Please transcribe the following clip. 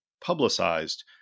publicized